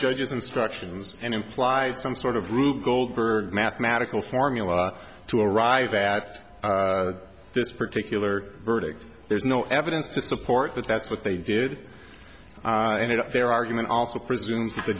judge's instructions and implies some sort of rube goldberg mathematical formula to arrive at this particular verdict there's no evidence to support that that's what they did and it their argument also presumes th